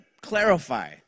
clarify